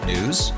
News